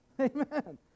Amen